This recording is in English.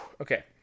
okay